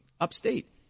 upstate